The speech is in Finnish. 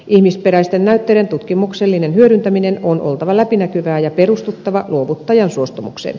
ihmisperäisten näytteiden tutkimuksellisen hyödyntämisen on oltava läpinäkyvää ja perustuttava luovuttajan suostumukseen